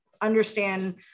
understand